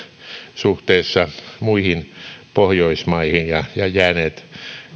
suhteessa muihin pohjoismaihin ja ja jääneet